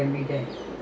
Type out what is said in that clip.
mmhmm